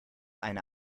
eine